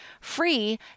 free